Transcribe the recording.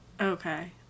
Okay